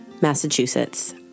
Massachusetts